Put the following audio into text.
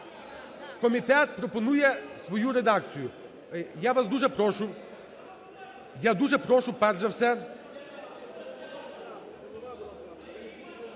Комітет пропонує свою редакцію. Я вас дуже прошу, я дуже прошу, перш за все…